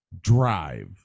drive